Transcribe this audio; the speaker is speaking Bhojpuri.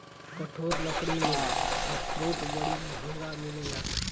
कठोर लकड़ी में अखरोट बड़ी महँग मिलेला